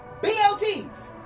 BLTs